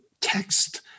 text